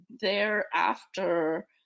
thereafter